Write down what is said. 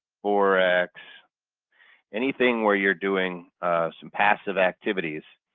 forex, anything where you're doing some passive activities,